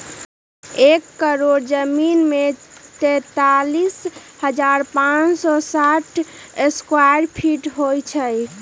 एक एकड़ जमीन में तैंतालीस हजार पांच सौ साठ स्क्वायर फीट होई छई